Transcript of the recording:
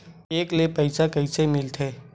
Cheque ले पईसा कइसे मिलथे?